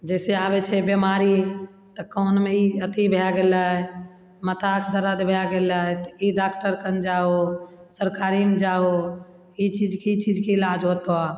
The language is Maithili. जैसे आबय छै बीमारी तऽ कानमे ई अथी भए गेलय माथाके दर्द भए गेलय तऽ ई डॉक्टर कन जाहो सरकारीमे जाहो ई चीजके ई चीजके इलाज होतऽ